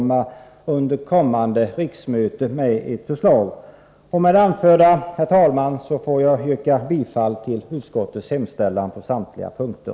Med det anförda, herr talman, yrkar jag bifall till utskottets hemställan på samtliga punkter.